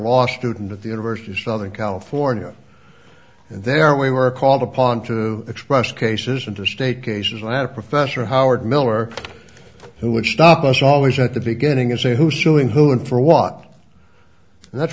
law student at the university of southern california and there we were called upon to express cases into state cases and i had a professor howard miller who would stop us always at the beginning and say who suing who and for what and that's